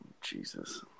Jesus